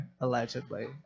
Allegedly